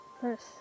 First